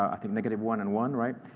i think, negative one and one, right?